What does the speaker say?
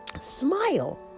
smile